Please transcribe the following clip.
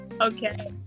Okay